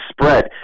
spread